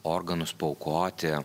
organus paaukoti